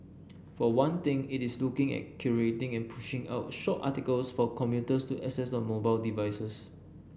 for one thing it is looking at curating and pushing out short articles for commuters to access on mobile devices